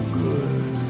good